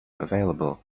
available